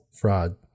fraud